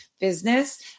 business